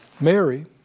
Mary